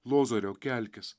lozoriau kelkis